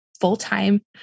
full-time